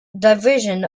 division